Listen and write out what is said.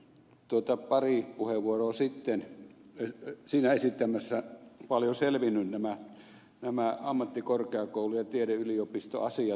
vahasalon pari puheenvuoroa sitten esittämässä eivät paljon selvinneet nämä ammattikorkeakoulujen ja tiedeyliopistojen asiat